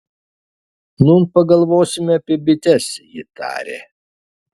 nūn pagalvosime apie bites ji tarė